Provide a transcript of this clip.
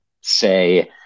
say